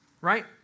right